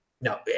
no